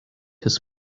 his